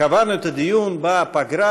קבענו את הדיון בפגרה.